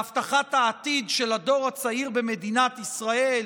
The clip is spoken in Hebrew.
בהבטחת העתיד של הדור הצעיר במדינת ישראל,